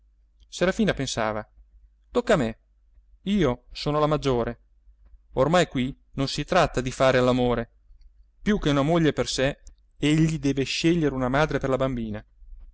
serafina pensava tocca a me io sono la maggiore ormai qui non si tratta di fare all'amore più che una moglie per sé egli deve scegliere una madre per la bambina